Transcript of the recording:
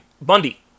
Bundy